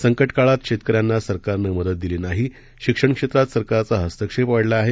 संकटकाळात शेतकऱ्यांना सरकारनं मदत दिली नाही शिक्षणक्षेत्रात सरकारचा हस्तक्षेप वाढला आहे